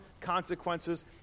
consequences